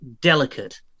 delicate